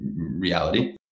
reality